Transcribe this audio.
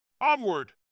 Onward